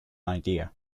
idea